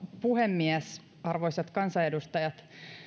puhemies arvoisat kansanedustajat